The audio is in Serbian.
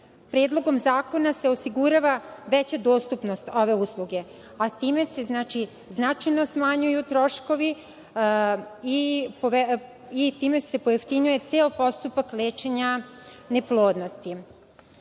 predlogom zakona se osigurava veća dostupnost ove usluge, a time se značajno smanjuju troškovi i time se pojeftinjuje ceo postupak lečenja neplodnosti. Ono